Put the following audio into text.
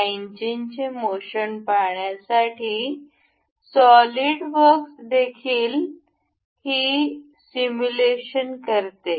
या इंजिनचे मोशन पाहण्यासाठी सॉलिड वर्क्स देखील ही सिमुलेशन करते